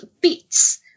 bits